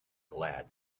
glad